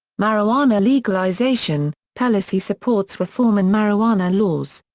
marijuana legalization pelosi supports reform in marijuana laws.